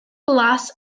blas